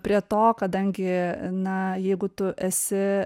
prie to kadangi na jeigu tu esi